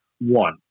One